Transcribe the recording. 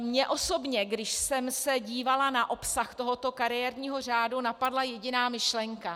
Mně osobně, když jsem se dívala na obsah tohoto kariérního řádu, napadla jediná myšlenka.